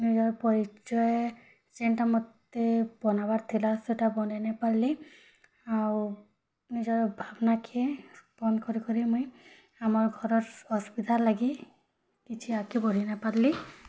ନିଜର୍ ପରିଚୟ୍ ଯେଣ୍ଟା ମୋତେ ବନାବାର୍ ଥିଲା ସେଇଟା ବନେଇ ନେଇପାରଲି ଆଉ ନିଜର୍ ଭାବନା କେ ବନ୍ଦ୍ କରିକରି ମୁଇଁ ଆମର୍ ଘରର୍ ଅସୁବିଧା ଲାଗି କିଛି ଆଗକେ ବଢ଼ି ନେହିଁ ପାର୍ଲି